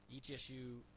ETSU